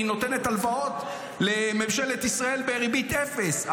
והיא נותנת הלוואות לממשלת ישראל בריבית אפס,